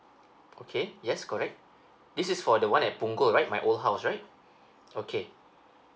okay yes correct this is for the one at punggol right my old house right okay